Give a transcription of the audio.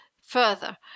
further